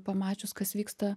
pamačius kas vyksta